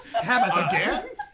tabitha